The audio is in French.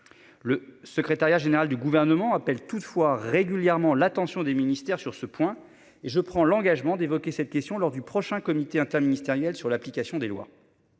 Le secrétariat général du gouvernement appelle toutefois régulièrement l'attention des ministères sur ce point et je prends l'engagement d'évoquer cette question lors du prochain comité interministériel sur l'application des lois.